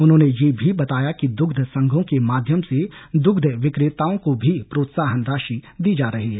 उन्होंने यह भी बताया कि द्ग्ध संघों के माध्यम से द्ग्ध विकेताओं को भी प्रोत्साहन राशि दी जा रही है